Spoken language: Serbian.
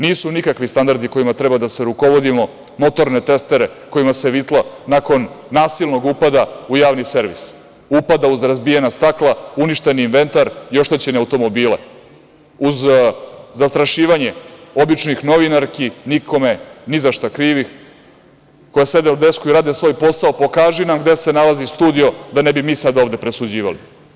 Nisu nikakvi standardi kojima treba da se rukovodimo motorne testere kojima se vitla nakon nasilnog upada u javni servis, upada uz razbijena stakla, uništeni inventar i oštećene automobile, uz zastrašivanje običnih novinarki, nikome nizašta krivih, koje sede u desku i rade svoj posao, pokaži nam gde se nalazi studio da ne bi mi sada ovde presuđivali.